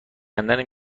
کندن